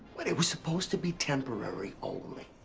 what, it was supposed to be temporary only.